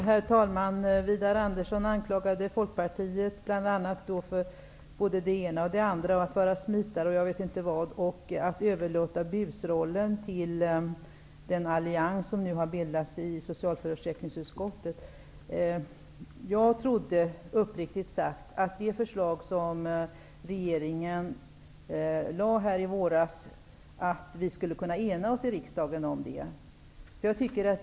Herr talman! Widar Andersson anklagade bl.a. Folkpartiet för både det ena och det andra -- att vara smitare, och jag vet inte vad -- och att överlåta busrollen till den allians som nu har bildats i socialförsäkringsutskottet. Jag trodde uppriktigt sagt att vi här i riksdagen skulle kunna ena oss om det förslag som regeringen lade fram nu i våras.